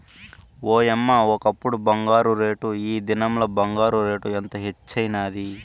ఓయమ్మ, ఒకప్పుడు బంగారు రేటు, ఈ దినంల బంగారు రేటు ఎంత హెచ్చైనాది